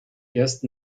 erst